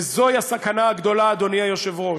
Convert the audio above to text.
וזוהי הסכנה הגדולה, אדוני היושב-ראש,